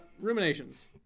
ruminations